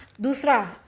Dusra